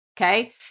okay